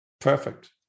Perfect